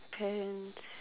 parents